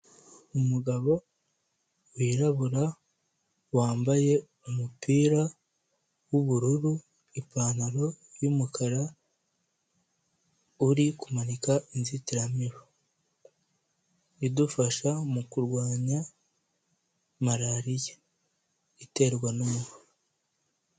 Umugabo wirabura wambaye umupira w'ubururu, ipantaro y'umukara, uri kumanika inzitiramibu idufasha mu kurwanya malariya iterwa n'umubu.